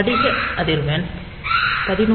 படிக அதிர்வெண் 11